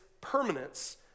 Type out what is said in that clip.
permanence